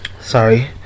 Sorry